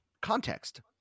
context